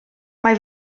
mae